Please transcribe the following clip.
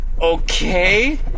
Okay